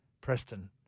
Preston